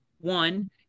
one